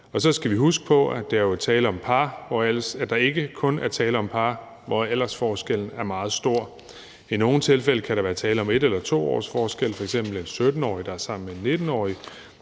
Så skal vi huske på, at der jo ikke kun er tale om par, hvor aldersforskellen er meget stor. I nogle tilfælde kan der være tale om 1 eller 2 års forskel, f.eks. en 17-årig, der er sammen med en 19-årig,